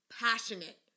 passionate